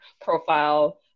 profile